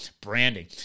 branding